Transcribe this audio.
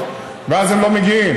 לא היה לה